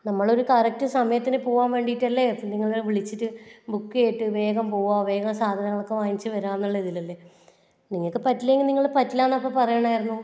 നമ്മളൊരു കറക്റ്റ് സമയത്തിന് പോവാൻ വേണ്ടീട്ടല്ലെ നിങ്ങളെ വിളിച്ചിട്ട് ബുക്ക് ചെയ്തിട്ട് വേഗം പോവാ വേഗം സാധനങ്ങളക്കെ വാങ്ങിച്ച് വരാമെന്നുള്ള ഒരിതിലല്ലെ നിങ്ങൾക്ക് പറ്റില്ലാങ്കിൽ നിങ്ങൾക്ക്പറ്റില്ലാന്ന് അപ്പം പറയണമായിരുന്നു